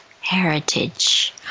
heritage